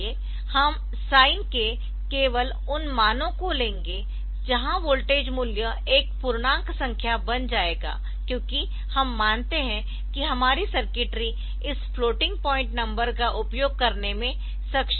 इसलिए हम साइन के केवल उन मानों को लेंगे जहां वोल्टेज मूल्य एक पूर्णांक संख्या बन जाएगा क्योंकि हम मानते है कि हमारी सर्किटरी इस फ्लोटिंग पॉइंट नंबर का उपयोग करने में सक्षम नहीं है